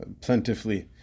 plentifully